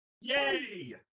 Yay